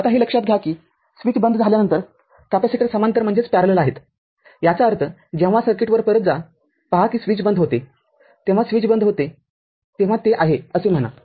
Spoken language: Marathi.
आता हे लक्षात घ्या कि स्विच बंद झाल्यानंतर कॅपेसिटर समांतर आहेतयाचा अर्थजेव्हा सर्किटवर परत जा पहा की स्विच बंद होते तेव्हा स्विच बंद होते तेव्हा ते आहे असे म्हणा